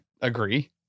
agree